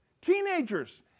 teenagers